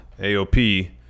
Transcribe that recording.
AOP